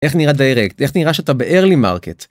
איך נראה דיירקט, איך נראה שאתה בארלי מרקט.